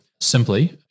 simply